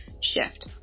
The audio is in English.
shift